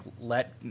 let